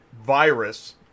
virus